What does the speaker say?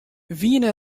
wienen